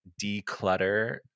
declutter